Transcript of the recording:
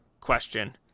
question